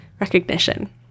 recognition